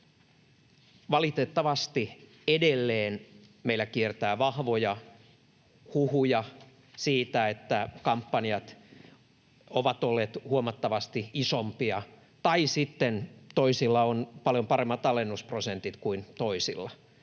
Valitettavasti edelleen meillä kiertää vahvoja huhuja siitä, että kampanjat ovat olleet huomattavasti isompia tai sitten toisilla on paljon paremmat alennusprosentit kuin toisilla